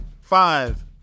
Five